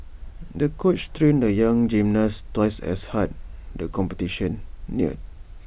the coach trained the young gymnast twice as hard the competition neared